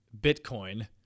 Bitcoin